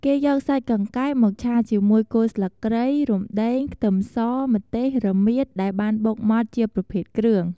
គេយកសាច់កង្កែបមកឆាជាមួយ គល់ស្លឹកគ្រៃ រំដេង ខ្ទឹមស ម្ទេស រមៀត ដែលបានបុកម៉ត់ជាប្រភេទគ្រឿង។